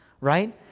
right